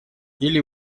или